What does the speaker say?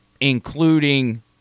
including